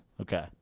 Okay